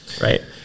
right